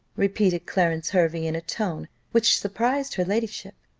repeated clarence hervey, in a tone which surprised her ladyship.